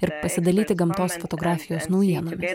ir pasidalyti gamtos fotografijos naujienomis